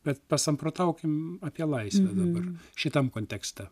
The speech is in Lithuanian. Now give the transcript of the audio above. bet pasamprotaukim apie laisvę dabar šitam kontekste